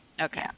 Okay